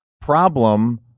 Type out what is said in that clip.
problem